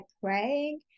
praying